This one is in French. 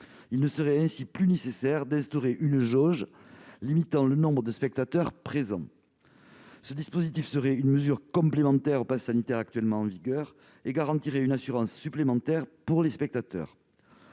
Il ne serait ainsi plus nécessaire d'instaurer une jauge limitant le nombre de spectateurs présents. Ce dispositif serait une mesure complémentaire au passe sanitaire actuellement en vigueur et garantirait une assurance supplémentaire pour les spectateurs.